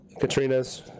Katrina's